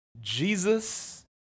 Jesus